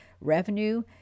revenue